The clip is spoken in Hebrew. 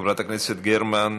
חברת הכנסת יעל גרמן,